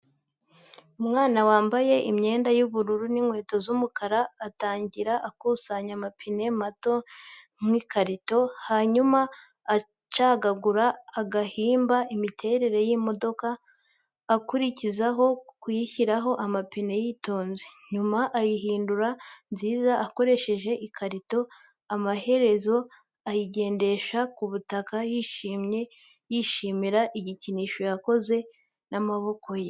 Umwana wambaye imyenda y’ubururu n’inkweto z’umukara atangira akusanya amapine mato n’ikarito. Hanyuma acagagura agahimba imiterere y’imodoka. Akurikizaho gushyiraho amapine yitonze. Nyuma ayihindura nziza akoresheje ikarito. Amaherezo, ayigendesha ku butaka yishimye, yishimira igikinisho yakoze n’amaboko ye.